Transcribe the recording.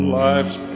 life's